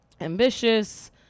ambitious